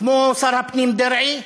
כמו שר הפנים דרעי,